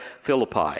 Philippi